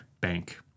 Bank